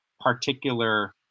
particular